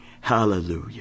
hallelujah